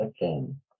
again